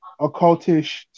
occultish